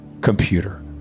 computer